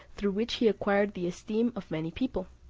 through which he acquired the esteem of many people,